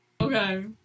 okay